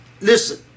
listen